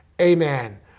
amen